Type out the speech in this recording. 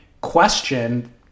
question